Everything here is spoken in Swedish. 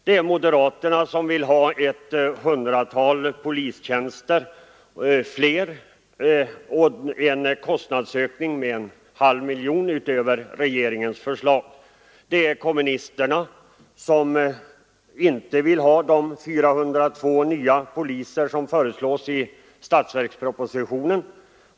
Det är moderaterna som vill ha ett hundratal polistjänster fler och en kostnadsökning med en halv miljon utöver regeringens förslag. Det är kommunisterna som inte vill ha de 402 nya polistjänster som föreslås i statsverkspropositionen.